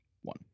one